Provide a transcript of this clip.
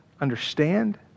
understand